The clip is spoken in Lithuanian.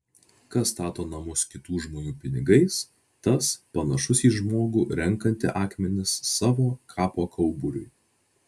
kas stato namus kitų žmonių pinigais tas panašus į žmogų renkantį akmenis savo kapo kauburiui